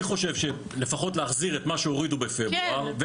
אני חושב שלפחות להחזיר את מה שהורידו בפברואר,